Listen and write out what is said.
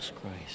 Christ